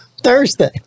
Thursday